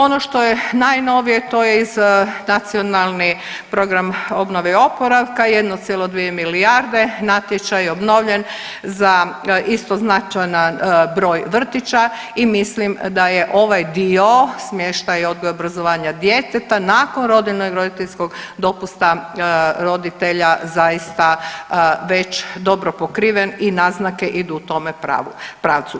Ono što je najnovije to je iz Nacionalni program obnove i oporavka 1,2 milijarde, natječaj je obnovljen za isto značajan broj vrtića i mislim da je ovaj dio smještaj odgoja i obrazovanja djeteta nakon rodiljnog i roditeljskog dopusta roditelja zaista već dobro pokriven i naznake idu u tome pravu, pravcu.